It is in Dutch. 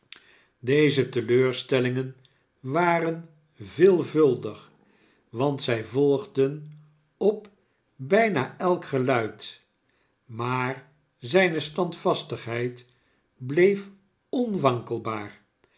deze teleurstellingen waren veelvuldig want zij volgden op bijna elk geluid maar zijne standvastigheid bleef